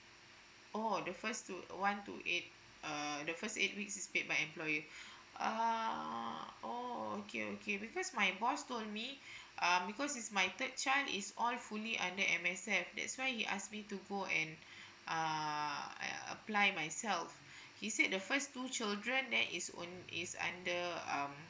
oh the first two one to eight uh the first eight weeks is paid by employer uh oh okay okay because my boss told me um because it's my third child is all fully under M_S_F that's why he asks me to go and uh apply myself he said the first two children that is on is under um